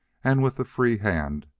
and, with the free hand,